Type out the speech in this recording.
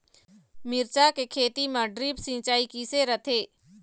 मिरचा के खेती म ड्रिप सिचाई किसे रथे?